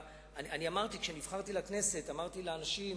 כשנבחרתי לכנסת אמרתי לאנשים: